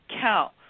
count